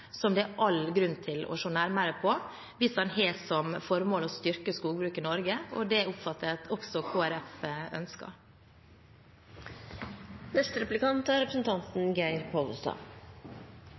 som det er all grunn til å se nærmere på hvis man har som formål å styrke skogbruket i Norge. Det oppfatter jeg at også Kristelig Folkeparti ønsker. Jeg er